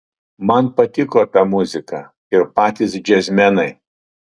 man patiko ta muzika ir patys džiazmenai